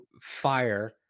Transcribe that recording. fire